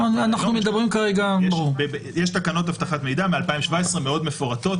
יש תקנות אבטחת מידע מ-2017 מאוד מפורטות,